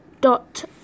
dot